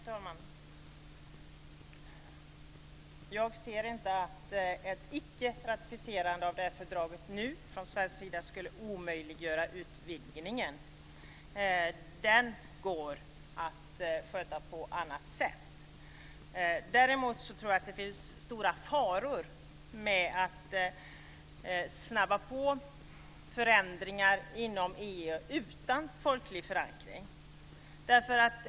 Fru talman! Jag ser inte att ett icke-ratificerande av det här fördraget nu från svensk sida skulle omöjliggöra utvidgningen. Det går att sköta den på annat sätt. Däremot tror jag att det är stora faror förenade med att snabba på förändringar inom EU utan folklig förankring.